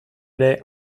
ere